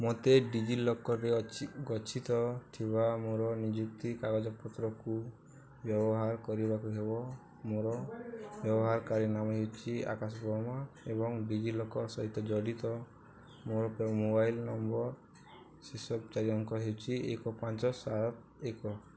ମୋତେ D G ଲକର୍ରେ ଅଛି ଗଚ୍ଛିତ ଥିବା ମୋର ନିଯୁକ୍ତି କାଗଜପତ୍ରକୁ ବ୍ୟବହାର କରିବାକୁ ହେବ ମୋର ବ୍ୟବହାରକାରୀ ନାମ ହେଉଛି ଆକାଶବର୍ମା ଏବଂ ଡି ଜି ଲକର୍ ସହିତ ଜଡ଼ିତ ମୋର ମୋବାଇଲ୍ ନମ୍ବର୍ର ଶେଷ ଚାରି ଅଙ୍କ ହେଉଛି ଏକ ପାଞ୍ଚ ସାତ ଏକ